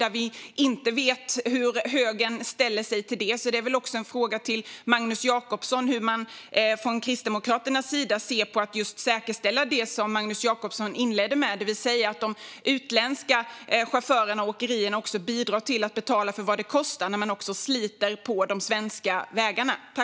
Vi vet inte hur högern ställer sig till detta, så en fråga till Magnus Jacobsson är hur man från Kristdemokraternas sida ser på att säkerställa det som Magnus Jacobsson inledde med, det vill säga att de utländska chaufförerna och åkerierna bidrar till att betala för vad det kostar när de sliter på de svenska vägarna.